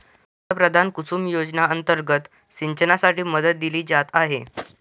पंतप्रधान कुसुम योजना अंतर्गत सिंचनासाठी मदत दिली जात आहे